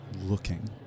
looking